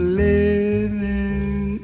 living